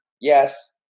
Yes